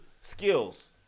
skills